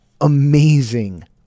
amazing